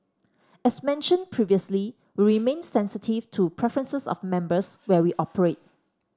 as mentioned previously we remain sensitive to preferences of members where we operate